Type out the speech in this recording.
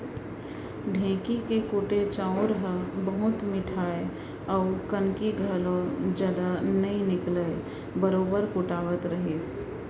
ढेंकी के कुटे चाँउर ह बहुत मिठाय अउ कनकी घलौ जदा नइ निकलय बरोबर कुटावत रहिस